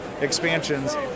expansions